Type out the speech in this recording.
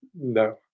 No